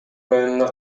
районуна